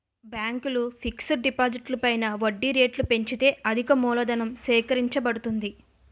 బ్యాంకులు ఫిక్స్ డిపాజిట్లు పైన వడ్డీ రేట్లు పెంచితే అధికమూలధనం సేకరించబడుతుంది